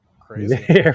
Crazy